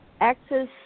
access